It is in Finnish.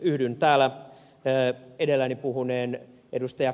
yhdyn täällä edelläni puhuneen ed